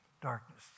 Darkness